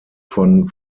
von